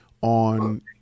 on